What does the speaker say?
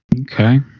Okay